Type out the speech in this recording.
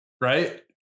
Right